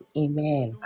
amen